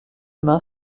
main